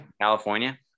California